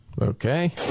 Okay